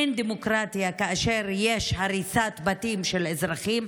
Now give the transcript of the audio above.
אין דמוקרטיה כאשר יש הריסת בתים של אזרחים,